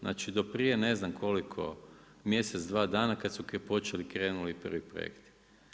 Znači do prije, ne znam koliko, mjesec, dva dana, kad su počeli, krenuli prvi projekti.